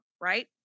right